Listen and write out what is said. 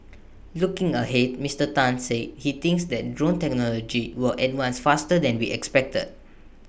looking ahead Mister Tan said he thinks that drone technology will advance faster than we expect